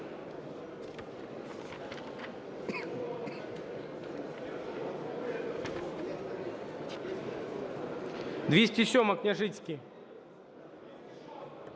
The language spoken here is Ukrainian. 207-а, Княжицький.